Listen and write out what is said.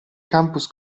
campus